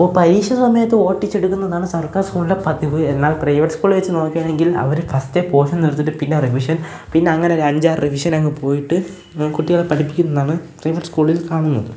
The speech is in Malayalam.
അപ്പോള് പരീക്ഷാസമയത്ത് ഓട്ടിച്ചെടുക്കുന്നതാണ് സർക്കാർ സ്കൂളിലെ പതിവ് എന്നാൽ പ്രൈവറ്റ് സ്കൂൾ വെച്ച് നോക്കുകയാണെങ്കിൽ അവര് ഫസ്റ്റെ പോർഷൻ തീർത്തിട്ട് പിന്നെ റിവിഷൻ പിന്നെ അങ്ങനൊരു അഞ്ചാറ് റിവിഷനങ്ങ് പോയിട്ട് കുട്ടികളെ പഠിപ്പിക്കുന്നതാണ് പ്രൈവറ്റ് സ്കൂളിൽ കാണുന്നത്